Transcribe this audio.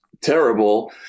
terrible